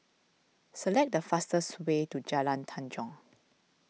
select the fastest way to Jalan Tanjong